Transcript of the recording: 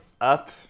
up